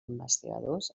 investigadors